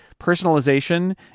personalization